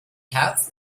herz